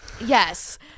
yes